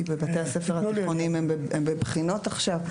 כי בבתי הספר התיכוניים הם בבחינות עכשיו,